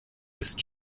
ist